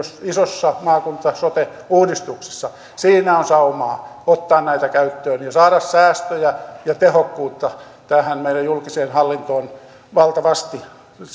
isossa maakunta ja sote uudistuksessa siinä on saumaa ottaa näitä käyttöön ja saada säästöjä ja tehokkuutta tähän meidän julkiseen hallintoon valtavasti